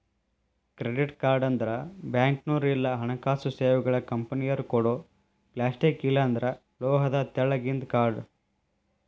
credit card ಅಂದ್ರ ಬ್ಯಾಂಕ್ನೋರ್ ಇಲ್ಲಾ ಹಣಕಾಸು ಸೇವೆಗಳ ಕಂಪನಿಯೊರ ಕೊಡೊ ಪ್ಲಾಸ್ಟಿಕ್ ಇಲ್ಲಾಂದ್ರ ಲೋಹದ ತೆಳ್ಳಗಿಂದ ಕಾರ್ಡ್